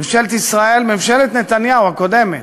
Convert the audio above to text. ממשלת ישראל, ממשלת נתניהו הקודמת,